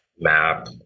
map